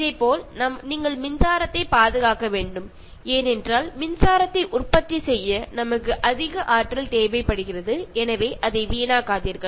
இதேபோல் நீங்கள் மின்சாரத்தை பாதுகாக்க வேண்டும் ஏனென்றால் மின்சாரத்தை உற்பத்தி செய்ய நமக்கு அதிக ஆற்றல் தேவைப்படுகிறது எனவே அதை வீணாக்காதீர்கள்